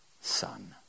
Son